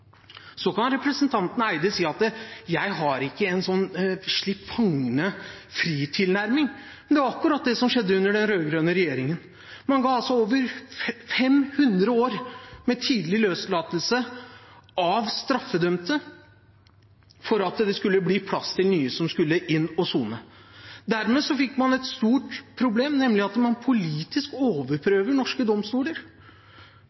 Så kan representanten Eide si at han ikke står for en slipp-fangene-fri-tilnærming. Men det var akkurat det som skjedde under den rød-grønne regjeringen. Man ga altså over 500 år med tidlig løslatelse av straffedømte for at det skulle bli plass til nye som skulle inn for å sone. Dermed fikk man et stort problem, nemlig at man politisk